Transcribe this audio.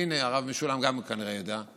הינה, גם הרב משולם כנראה ידע.